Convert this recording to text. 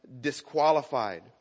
disqualified